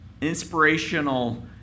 inspirational